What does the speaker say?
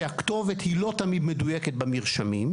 שהכתובת היא לא תמיד מדויקת במרשמים,